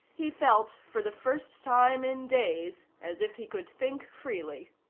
he felt, for the first time in days, as if he could think freely.